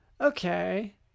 Okay